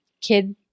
kid